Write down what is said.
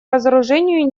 разоружению